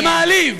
זה עצוב, זה מעליב.